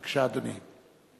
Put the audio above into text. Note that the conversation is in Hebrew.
בבקשה, אדוני.